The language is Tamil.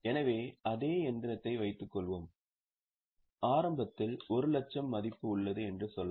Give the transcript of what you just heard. எனவே அதே இயந்திரத்தை வைத்துக்கொள்வோம் ஆரம்பத்தில் 1 லட்சம் மதிப்பு உள்ளது என்று சொல்லலாம்